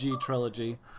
trilogy